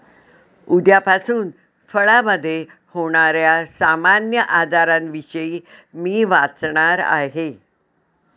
उद्यापासून फळामधे होण्याऱ्या सामान्य आजारांविषयी मी वाचणार आहे